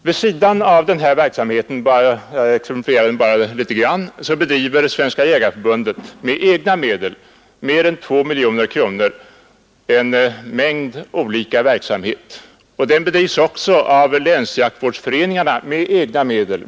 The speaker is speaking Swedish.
Vid sidan av den här verksamheten som jag lämnade ett par exempel på bedriver Svenska jägareförbundet för mer än 2 miljoner kronor av egna medel en mängd olika verksamheter, och det gör också länsjaktvårdsföreningarna.